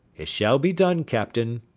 it shall be done, captain.